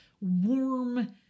warm